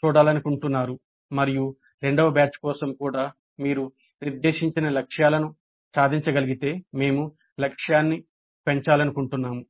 చూడాలనుకుంటున్నారు మరియు రెండవ బ్యాచ్ కోసం కూడా మీరు నిర్దేశించిన లక్ష్యాలను సాధించగలిగితే మేము లక్ష్యాన్ని పెంచాలనుకుంటున్నాము